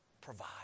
Provide